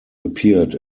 appeared